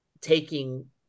taking